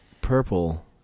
purple